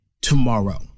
tomorrow